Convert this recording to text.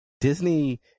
Disney